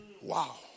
Wow